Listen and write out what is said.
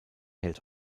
hält